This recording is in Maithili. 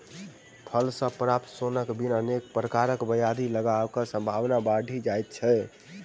फल सॅ प्राप्त सोनक बिन अनेक प्रकारक ब्याधि लगबाक संभावना बढ़ि जाइत अछि